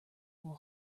will